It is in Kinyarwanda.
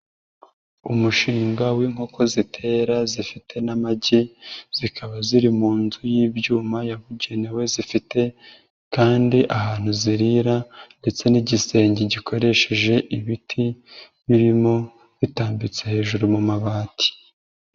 Umushinga w'inkoko zitera zifite n'amagi, zikaba ziri mu nzu y'ibyuma yabugenewe, zifite kandi ahantu zirira ndetse n'igisenge gikoresheje ibiti birimo bitambitse hejuru mu mabati.